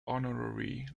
honorary